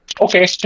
okay